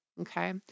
okay